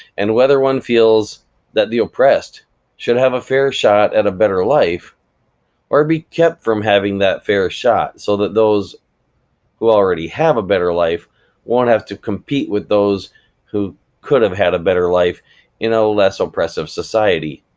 and whether one feels that the oppressed should have a fair shot at a better life or be kept from having that fair shot so that those who already have a better life won't have to compete with those who could have had a better life in a less oppressive society.